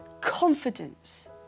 confidence